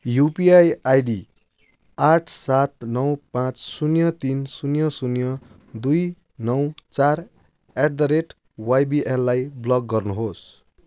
UPI ID आठ सात नौ पाँच शून्य तिन शून्य शून्य दुई नौ चार एट द रेट वाइबिएललाई ब्लक गर्नुहोस्